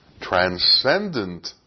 transcendent